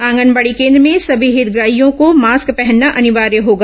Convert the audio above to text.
आंगनबाड़ी केन्द्र में सभी हितग्राहियों को मास्क पहनना अनिवार्य होगा